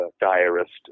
diarist